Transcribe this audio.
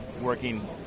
working